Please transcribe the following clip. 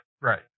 Right